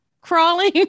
crawling